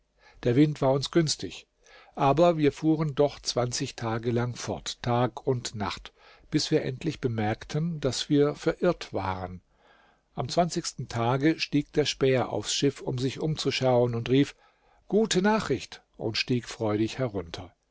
der wind war uns günstig aber wir fuhren doch zwanzig tage lang fort tag und nacht bis wir endlich bemerkten daß wir verirrt waren am zwanzigsten tage stieg der späher aufs schiff um sich umzuschauen und rief gute nachricht und stieg freudig herunter